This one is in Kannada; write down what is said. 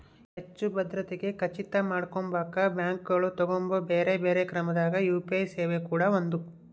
ಹೆಚ್ಚು ಭದ್ರತೆಗೆ ಖಚಿತ ಮಾಡಕೊಂಬಕ ಬ್ಯಾಂಕುಗಳು ತಗಂಬೊ ಬ್ಯೆರೆ ಬ್ಯೆರೆ ಕ್ರಮದಾಗ ಯು.ಪಿ.ಐ ಸೇವೆ ಕೂಡ ಒಂದು